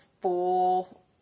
full